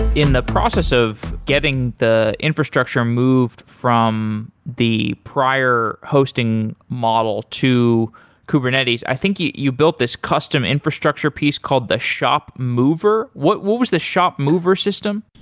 in the process of getting the infrastructure moved from the prior hosting model to kubernetes, i think you you built this custom infrastructure piece called the shop mover. mover. what was the shop mover system?